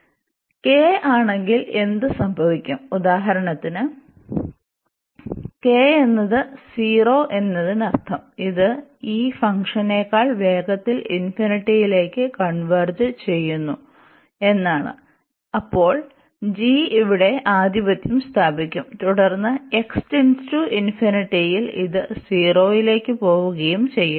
k 0 ആണെങ്കിൽ എന്ത് സംഭവിക്കുംഉദാഹരണത്തിന് k എന്നത് 0 എന്നതിനർത്ഥം ഇത് ഈ ഫംഗ്ഷനേക്കാൾ വേഗത്തിൽ ഇൻഫിനിറ്റിയിലേക്ക് കൺവെർജ് ചെയ്യുന്നു എന്നാണ് അപ്പോൾ g ഇവിടെ ആധിപത്യം സ്ഥാപിക്കും തുടർന്ന് x →∞ യിൽ ഇത് 0 ലേക്ക് പോകുകയും ചെയ്യും